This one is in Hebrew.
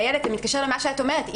ואילת, זה מתקשר למה שאת אומרת.